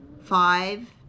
five